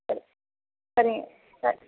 சரி சரிங்க சேர்